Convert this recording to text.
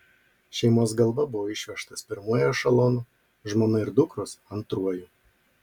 šeimos galva buvo išvežtas pirmuoju ešelonu žmona ir dukros antruoju